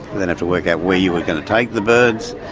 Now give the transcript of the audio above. then have to work out where you were going to take the birds,